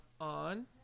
on